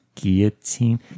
Guillotine